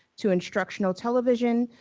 to instructional television,